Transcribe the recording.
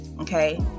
okay